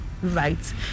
right